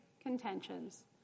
contentions